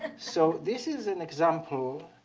so this is an example